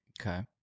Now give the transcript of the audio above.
Okay